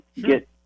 get